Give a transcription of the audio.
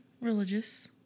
religious